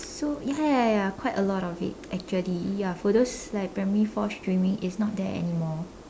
so ya ya ya quite a lot of it actually ya for those like primary four streaming it's not there anymore